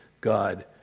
God